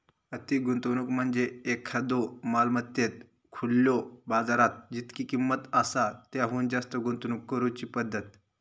अति गुंतवणूक म्हणजे एखाद्यो मालमत्तेत खुल्यो बाजारात जितकी किंमत आसा त्याहुन जास्त गुंतवणूक करुची पद्धत